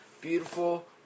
beautiful